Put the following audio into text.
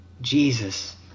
Jesus